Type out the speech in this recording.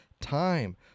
Time